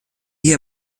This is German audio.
hier